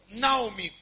Naomi